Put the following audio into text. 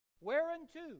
Whereunto